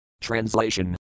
Translation